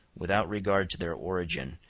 without regard to their origin,